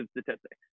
statistics